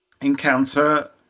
encounter